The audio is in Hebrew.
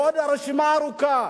ועוד הרשימה ארוכה.